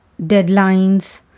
deadlines